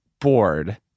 bored